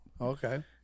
Okay